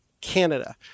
Canada